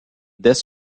dès